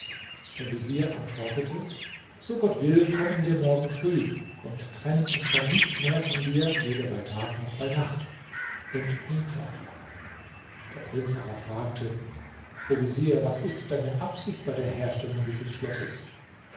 der vezier antwortete so gott will kommen wir morgen früh und trennen uns dann nicht mehr von dir weder bei tag noch bei nacht und ging fort der prinz aber fragte o vezier was ist deine absicht bei der herstellung dieses schlosses